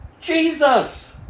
Jesus